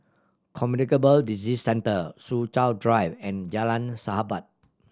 Communicable Disease Centre Soo Chow Drive and Jalan Sahabat